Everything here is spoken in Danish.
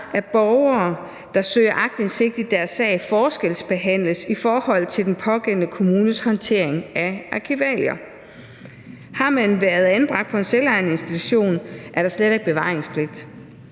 at borgere, der søger aktindsigt i deres sag, forskelsbehandles i forhold til den pågældende kommunes håndtering af arkivalier. Har man været anbragt på en selvejende institution, er der slet ikke bevaringspligt.